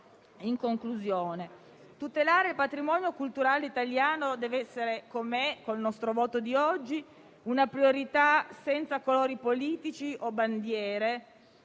Tutelare dunque il patrimonio culturale italiano deve essere - com'è con il nostro voto di oggi - una priorità senza colori politici o bandiere